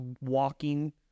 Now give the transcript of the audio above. walking